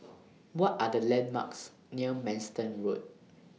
What Are The landmarks near Manston Road